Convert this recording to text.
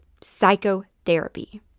Psychotherapy